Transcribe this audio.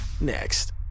Next